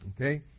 okay